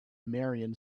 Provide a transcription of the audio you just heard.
marion